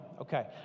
Okay